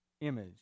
image